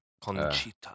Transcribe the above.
Conchita